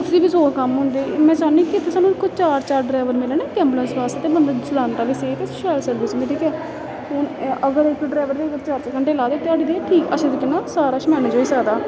उसी बी सौ कम्म होंदे ते में चाह्न्नी कि इत्थें सानूं कोई चार चार ड्रैवर मिले ना इक ऐंबुलेंस आस्तै मतलब चलांदा बी सेफ ते शैल सर्विस बी ठीक ऐ हून अगर इक ड्राइवर न अगर चार चार घैंटे लाए दे ध्याड़ी दे ठीक अच्छे तरीक कन्नै सारा किश मैनेज होई सकदा